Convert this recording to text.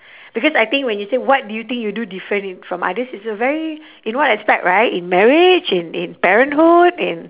because I think when you say what do you think you do differently from others it's a very in what aspect right in marriage in in parenthood in